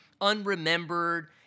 unremembered